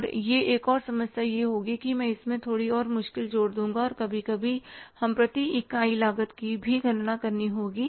और यह एक और समस्या यह होगी कि मैं इसमें थोड़ी और मुश्किल जोड़ दूँगा और कभी कभी हमें प्रति इकाई लागत की भी गणना करनी होगी